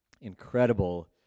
incredible